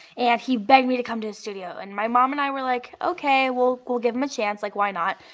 and he begged me to come to his studio. and my mom and i were like, okay, we'll we'll give him a chance. like why not.